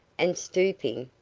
and stooping,